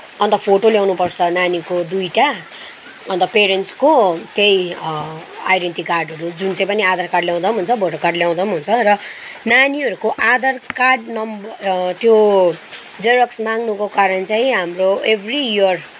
अन्त फोटो ल्याउनपर्छ नानीको दुईवटा अन्त पेरेन्ट्सको त्यही आइडेन्टी कार्डहरू जुन चाहिँ पनि आधार कार्ड ल्याउँदा पनि हुन्छ र भोटर कार्ड ल्याउँदा पनि हुन्छ र नानीहरूको आधार कार्ड नम् त्यो जेरोक्स माग्नुको कारण चाहिँ हाम्रो एभ्री इयर